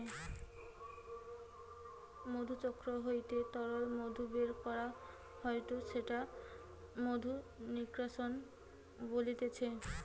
মধুচক্র হইতে তরল মধু বের করা হয়ঢু সেটা মধু নিষ্কাশন বলতিছে